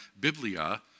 biblia